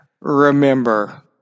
remember